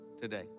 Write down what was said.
today